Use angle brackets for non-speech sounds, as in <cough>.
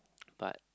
<noise> but